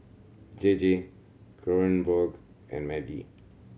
J J Kronenbourg and Maggi